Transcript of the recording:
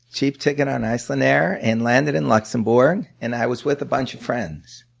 cheap ticket on iceland air and landed in luxembourg. and i was with a bunch of friends.